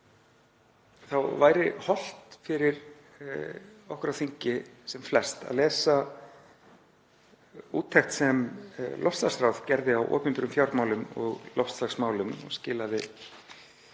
þá væri hollt fyrir okkur á þingi sem flest að lesa úttekt sem loftslagsráð gerði á opinberum fjármálum og loftslagsmálum, skilaði